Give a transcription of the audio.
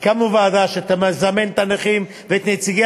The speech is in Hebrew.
הקמנו ועדה שתזמן את הנכים ואת נציגי